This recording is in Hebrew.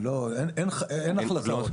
אין החלטה.